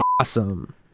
awesome